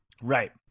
Right